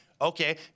okay